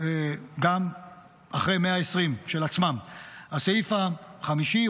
גם אחרי 120 של עצמם; הסעיף החמישי,